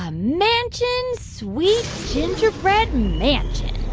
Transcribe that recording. ah mansion, sweet gingerbread mansion.